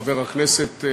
חבר הכנסת,